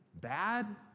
bad